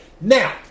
Now